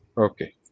Okay